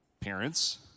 Parents